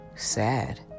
Sad